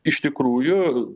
iš tikrųjų